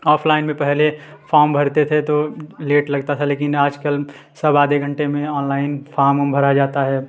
offline में पहले form भरते थे तो लेट लगता था लेकिन आज कल सब आधे घंटे में ऑनलाइन फ़ाम भरा जाता है